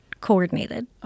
coordinated